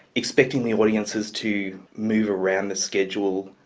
expecting the audiences to move around the schedule.